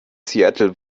seattle